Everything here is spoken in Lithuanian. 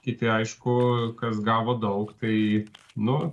kiti aišku kas gavo daug tai nu